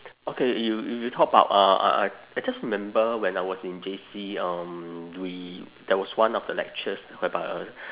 okay you you you talk about uh I I I just remember when I was in J_C um we there was one of the lectures whereby